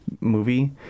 movie